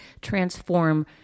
transform